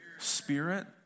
Spirit